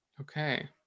Okay